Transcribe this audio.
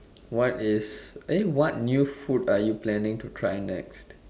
what is eh what new food are you planning to try next